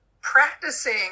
practicing